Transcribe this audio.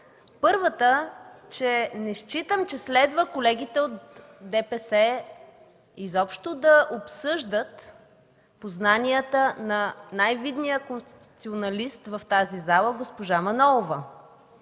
Първата – не считам, че следва колегите от ДПС изобщо да обсъждат познанията на най-видния конституционалист в тази зала – госпожа Манолова.